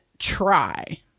try